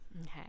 okay